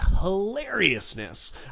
hilariousness